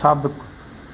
साबिक़ु